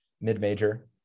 mid-major